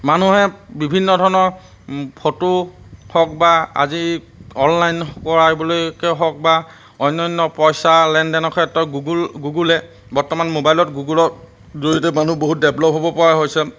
মানুহে বিভিন্ন ধৰণৰ ফটো হওক বা আজি অনলাইন কৰাবলৈকে হওক বা অন্যান্য পইচা লেনদেনৰ ক্ষেত্ৰত গুগুল গুগুলে বৰ্তমান মোবাইলত গুগুলৰ জৰিয়তে মানুহ বহুত ডেভলপ হ'ব পৰা হৈছে